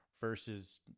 versus